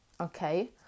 Okay